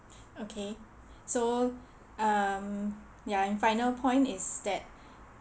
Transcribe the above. okay so um ya in final point is that